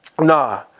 Nah